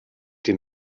den